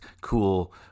cool